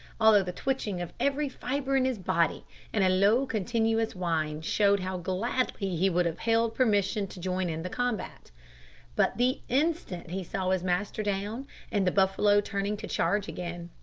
although the twitching of every fibre in his body and a low continuous whine showed how gladly he would have hailed permission to join in the combat but the instant he saw his master down and the buffalo turning to charge again,